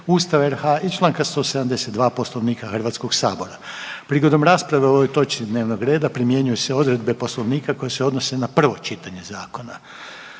Ustava RH i čl. 172. Poslovnika Hrvatskoga sabora. Prigodom rasprave o ovoj točki dnevnog reda primjenjuju se odredbe Poslovnika koje se odnose na prvo čitanje zakona.